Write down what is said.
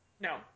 No